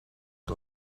que